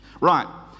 Right